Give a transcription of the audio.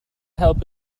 help